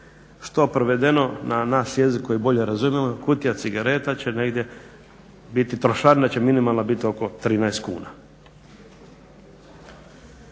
što prevedeno na naš jezik koji bolje razumijemo, kutija cigareta će negdje biti, trošarina će minimalna biti oko 13 kuna.